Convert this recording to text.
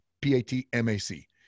p-a-t-m-a-c